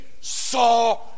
saw